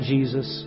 Jesus